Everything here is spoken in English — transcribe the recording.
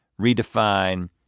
redefine